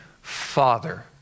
Father